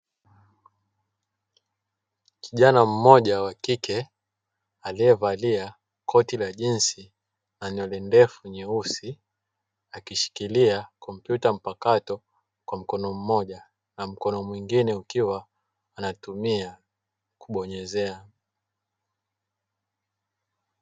Kijana mmoja wakike aliyevalia koti la jinzi na nywele ndefu nyeusi akishikilia kompyuta mpakato kwa mkono mmoja na mkono mwingine akiwa anatumia kubonyezea.